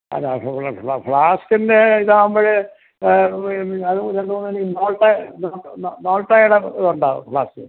ഫ്ലാസ്ക്കിന്റെ ഇതാവുമ്പോൾ അത് രണ്ടു മൂന്നാല് നോൾട്ട നോൾ നോ നോൾട്ടയുടെ ഇത് ഉണ്ടോ ഫ്ലാസ്ക്